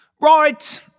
Right